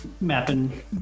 mapping